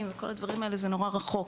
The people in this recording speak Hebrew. הממשלתיים וכל הדברים האלה זה נורא רחוק.